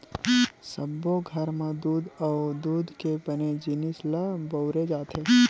सब्बो घर म दूद अउ दूद के बने जिनिस ल बउरे जाथे